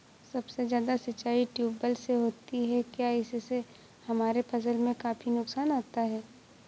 सबसे ज्यादा सिंचाई ट्यूबवेल से होती है क्या इससे हमारे फसल में काफी नुकसान आता है?